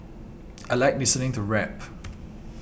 I like listening to rap